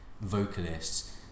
vocalists